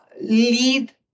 Lead